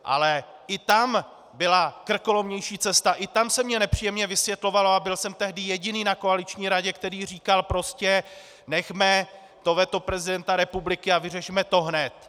Ale i tam byla krkolomnější cesta, i tam se mně nepříjemně vysvětlovalo a byl jsem tehdy jediný na koaliční radě, který říkal: Nechme to veto prezidenta republiky a vyřešme to hned.